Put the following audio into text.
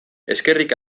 eskerrik